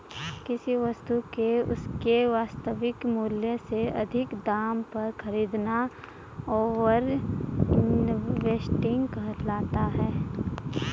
किसी वस्तु को उसके वास्तविक मूल्य से अधिक दाम पर खरीदना ओवर इन्वेस्टिंग कहलाता है